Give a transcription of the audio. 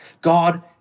God